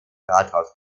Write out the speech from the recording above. rathaus